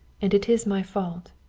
and it is my fault.